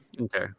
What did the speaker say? Okay